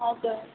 हजुर